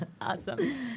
Awesome